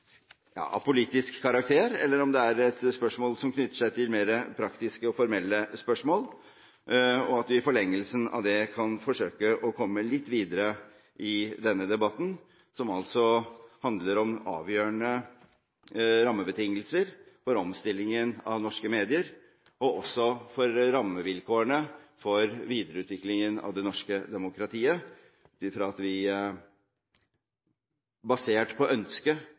av politisk karakter, eller om dette knytter seg til mer praktiske og formelle spørsmål, og at vi i forlengelsen av det kan forsøke å komme litt videre i denne debatten, som handler om avgjørende rammebetingelser for omstillingen av norske medier. Det handler også om rammevilkårene for videreutviklingen av det norske demokratiet, basert på ønsket om, behovet for og kravet til at vi